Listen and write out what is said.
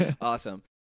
awesome